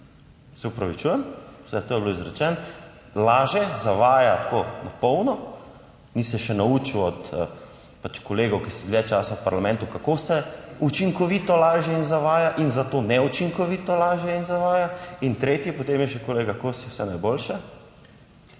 se opravičujem. Vse to je bilo izrečeno, laže, zavaja tako na polno, ni se še naučil od pač kolegov, ki so dlje časa v parlamentu kako se učinkovito laže in zavaja in zato neučinkovito laže in zavaja. In tretji, potem je še kolega Kosi, vse najboljše,